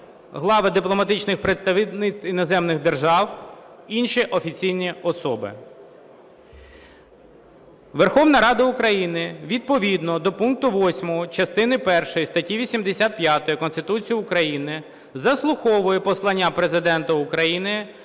глави дипломатичних представництв іноземних держав, інші офіційні особи. Верховна Рада України відповідно до пункту 8 частини першої статті 85 Конституції України заслуховує Послання Президента України